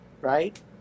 right